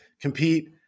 compete